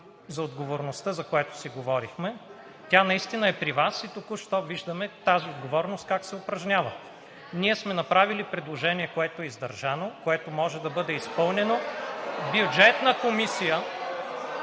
за отговорността, за което си говорихме. Тя наистина е при Вас и току що виждаме тази отговорност как се упражнява. Ние сме направили предложение, което е издържано (шум и реплики), което може да бъде изпълнено – Бюджетната комисия